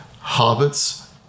Hobbits